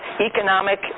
economic